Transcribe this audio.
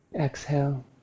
Exhale